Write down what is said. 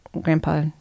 grandpa